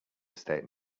estate